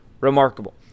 remarkable